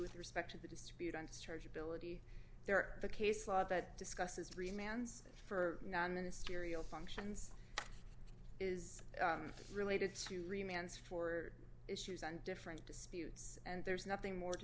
with respect to the dispute angst charge ability there the case law that discusses re mans for non ministerial functions is related to remains for issues and different disputes and there's nothing more to